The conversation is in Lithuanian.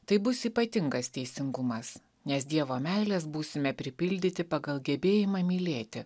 tai bus ypatingas teisingumas nes dievo meilės būsime pripildyti pagal gebėjimą mylėti